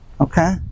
Okay